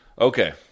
Okay